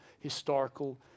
historical